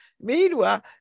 Meanwhile